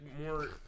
more